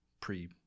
pre